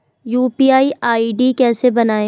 UPI ID कैसे बनायें?